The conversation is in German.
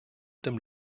dem